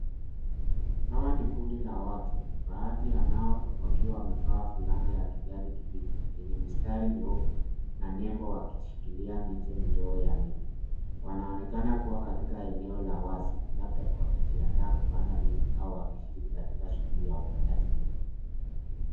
Hawa ni kundi la watu, baadhi ya nao wakiwa wamevaa fulana ya kijani kibichi yenye mistari nyeupe, na nebo wakishikilia miche midogo ya miti. Wanaonekana kua katika eneo la wazi, labda kwa kujiandaa kupanda miti au wakishiriki katika shughuli ya upandaji miti.